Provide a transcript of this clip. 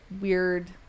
weird